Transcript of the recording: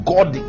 God